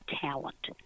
talent